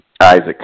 Isaac